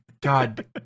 god